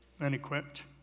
unequipped